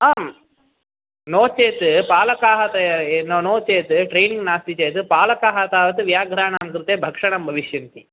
आं नो चेत् पालकाः ते नो चेत् ट्रैनिङ्ग् नास्ति चेत् पालकाः तावत् व्याघ्राणां कृते भक्षणं भविष्यन्ति